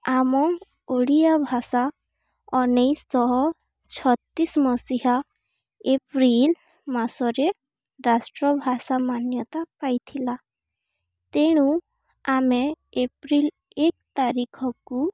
ଆମ ଓଡ଼ିଆ ଭାଷା ଉଣେଇଶି ଶହ ଛତିଶି ମସିହା ଏପ୍ରିଲ ମାସରେ ରାଷ୍ଟ୍ରଭାଷା ମାନ୍ୟତା ପାଇଥିଲା ତେଣୁ ଆମେ ଏପ୍ରିଲ ଏକ ତାରିଖକୁ